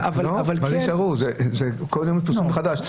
כל יום מדפיסים חדש.